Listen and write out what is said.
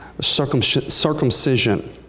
Circumcision